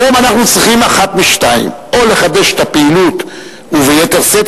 היום אנחנו צריכים אחת משתיים: או לחדש את הפעילות וביתר שאת,